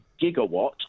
gigawatt